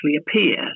appear